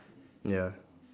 ya